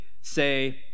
say